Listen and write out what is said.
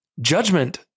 Judgment